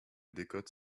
décote